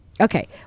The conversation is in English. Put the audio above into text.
Okay